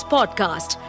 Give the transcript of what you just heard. Podcast